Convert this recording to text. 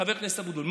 חבר הכנסת אבוטבול?